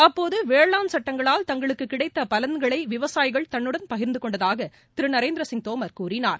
அப்போது வேளாண் சட்டங்களால் தங்களுக்கு கிடைத்த பலன்களை விவசாயிகள் தன்னுடன் பகிர்ந்து கொண்டதாக திரு நரேந்திர சிங் தோமர் கூறினார்